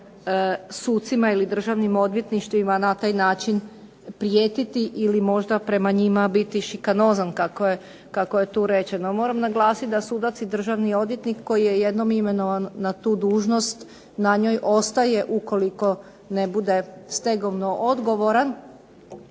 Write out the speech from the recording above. sucima ili državnim odvjetništvima na taj način prijetiti ili možda prema njima biti šikanozan, kako je tu rečeno. Moram naglasiti da sudac i državni odvjetnik koji je jednom imenovan na tu dužnost na njoj ostaje ukoliko ne bude stegovno odgovoran,